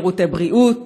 שירותי בריאות?